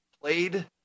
played